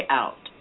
out